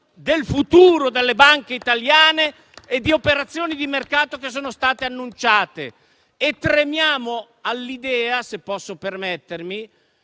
del futuro delle banche italiane e di operazioni di mercato che sono state annunciate. E tremiamo all'idea - se posso permettermi